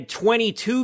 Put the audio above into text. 22